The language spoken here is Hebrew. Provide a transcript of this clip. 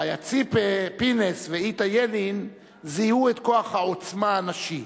חיה ציפה פינס ואיטה ילין זיהו את כוח העוצמה הנשי,